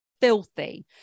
filthy